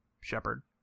Shepard